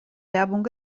werbung